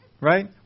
Right